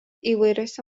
įvairiose